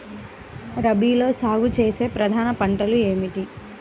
రబీలో సాగు చేసే ప్రధాన పంటలు ఏమిటి?